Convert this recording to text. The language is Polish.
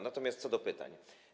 Natomiast co do pytań.